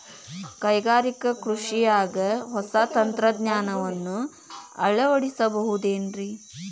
ಕೈಗಾರಿಕಾ ಕೃಷಿಯಾಗ ಹೊಸ ತಂತ್ರಜ್ಞಾನವನ್ನ ಅಳವಡಿಸಿಕೊಳ್ಳಬಹುದೇನ್ರೇ?